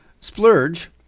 splurge